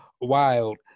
wild